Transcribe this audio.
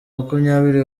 makumyabiri